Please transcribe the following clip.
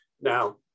Now